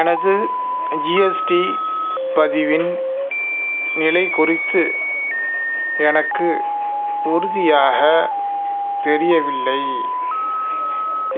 எனது ஜிஎஸ்டி பதிவின் நிலை குறித்து எனக்கு உறுதியாக தெரியவில்லை